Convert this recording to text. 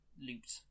looped